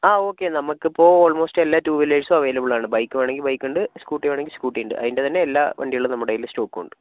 ആ ഓക്കേ നമുക്ക് ഇപ്പോൾ ഓൾമോസ്റ്റ് എല്ലാ ടൂ വിലേഴ്സും അവൈലബിൾ ആണ് ബൈക്ക് വേണമെങ്കിൽ ബൈക്ക് ഉണ്ട് സ്കൂട്ടി വേണമെങ്കിൽ സ്കൂട്ടി ഉണ്ട് അതിന്റെ തന്നെ എല്ലാ വണ്ടികളും നമ്മുടെ കയ്യിൽ സ്റ്റോക്ക് ഉണ്ട്